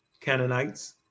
Canaanites